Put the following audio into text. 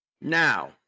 Now